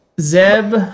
Zeb